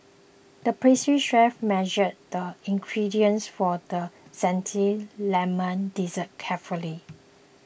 the pastry chef measured the ingredients for the Zesty Lemon Dessert carefully